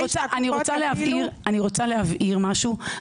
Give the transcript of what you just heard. אני רוצה להבהיר משהו,